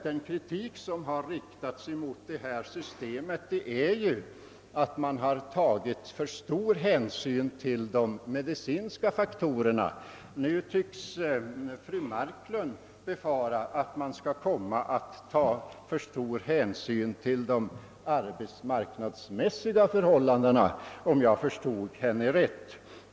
Den kritik som riktats mot det nuvarande systemet har just inneburit att det tagits för stor hänsyn till de medicinska faktorerna. Nu tycks fru Marklund befara att man skall komma att i alltför hög grad beakta de arbetsmarknadsmässiga förhållandena, om jag förstod henne rätt.